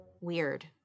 Weird